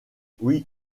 oui